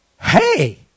hey